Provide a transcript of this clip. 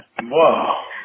Whoa